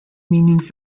meanings